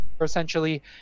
Essentially